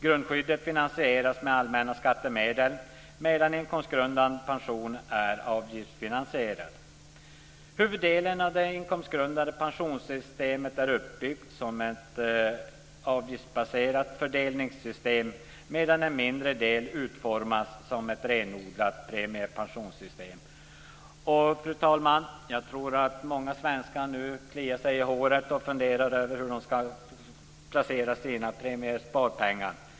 Grundskyddet finansieras med allmänna skattemedel, medan inkomstgrundad pension är avgiftsfinansierad. Huvuddelen av det inkomstgrundade pensionssystemet är uppbyggt som ett avgiftsbaserat fördelningssystem, medan en mindre del utformas som ett renodlat premiepensionssystem. Fru talman! Jag tror att många svenskar nu kliar sig i håret och funderar över hur de ska placera sina premiesparpengar.